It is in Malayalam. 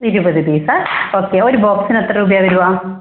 ഇരുപത് പീസാണോ ഓക്കെ ഒരു ബോക്സിന് എത്ര രൂപയാണ് വരിക